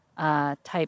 type